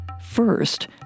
First